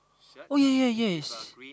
oh ya ya ya yes